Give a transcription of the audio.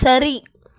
சரி